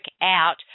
out